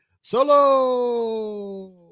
solo